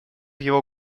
его